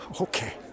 Okay